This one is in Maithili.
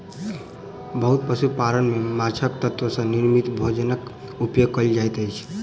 बहुत पशु पालन में माँछक तत्व सॅ निर्मित भोजनक उपयोग कयल जाइत अछि